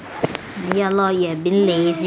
lor you have been lazing around